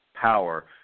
power